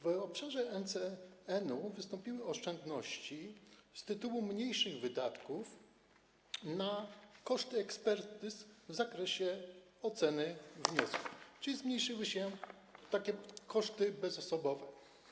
W obszarze NCN-u wystąpiły oszczędności z tytułu mniejszych wydatków na koszty ekspertyz w zakresie oceny wniosków, czyli zmniejszyły się takie koszty bezosobowe.